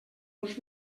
uns